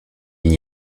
n’y